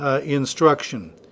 instruction